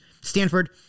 Stanford